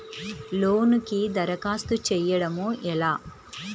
లోనుకి దరఖాస్తు చేయడము ఎలా?